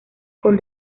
con